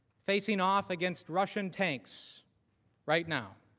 fighting off against russian tanks right now.